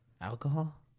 Alcohol